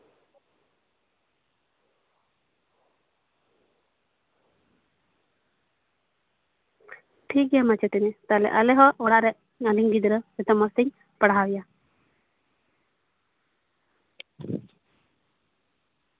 ᱴᱷᱤᱠᱜᱮᱭᱟ ᱢᱟᱪᱮᱛᱟᱹᱱᱤ ᱛᱟᱦᱞᱮ ᱟᱞᱮ ᱦᱚᱸ ᱚᱲᱟᱜ ᱨᱮ ᱤᱧᱨᱮᱱ ᱜᱤᱫᱽᱨᱟᱹ ᱡᱟᱛᱮ ᱢᱚᱡᱽᱛᱤᱧ ᱯᱟᱲᱦᱟᱣᱮᱭᱟ